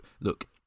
look